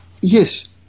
yes